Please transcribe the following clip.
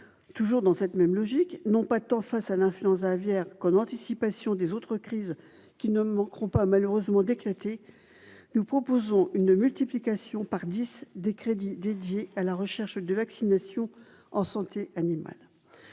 toujours dans cette même logique, non pas tant face à l'influenza aviaire comme anticipation des autres crises qui ne manqueront pas malheureusement d'éclater, nous proposons une multiplication par 10 des crédits dédiés à la recherche de vaccination en santé animale